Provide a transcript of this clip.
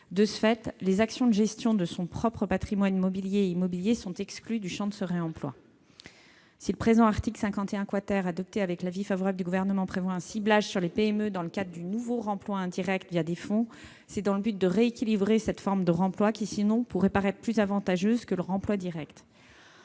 De ce fait, les actions de gestion de son propre patrimoine mobilier et immobilier sont exclues du champ de ce réemploi. Si le présent article 51 adopté avec l'avis favorable du Gouvernement, prévoit un ciblage sur les PME dans le cadre du nouveau remploi indirect des fonds, c'est dans le but de rééquilibrer cette forme de remploi qui, sinon, pourrait paraître plus avantageuse que le remploi direct.